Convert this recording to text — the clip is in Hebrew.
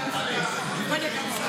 אני אנסה.